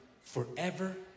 forever